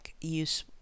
use